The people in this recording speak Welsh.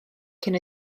cyn